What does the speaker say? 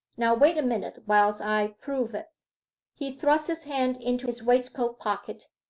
now wait a minute whilst i prove it he thrust his hand into his waistcoat pocket,